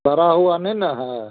सरा हुआ नहीं ना है